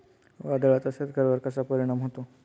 वादळाचा शेतकऱ्यांवर कसा परिणाम होतो?